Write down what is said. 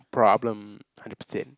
problem hundred percent